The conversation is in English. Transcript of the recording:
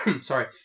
sorry